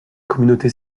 communauté